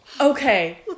Okay